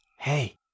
Hey